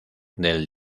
del